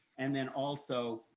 and then also,